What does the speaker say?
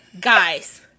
guys